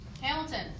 Hamilton